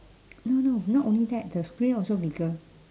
no no not only that the screen also bigger